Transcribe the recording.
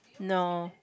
no